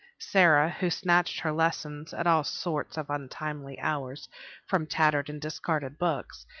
sara, who snatched her lessons at all sorts of untimely hours from tattered and discarded books,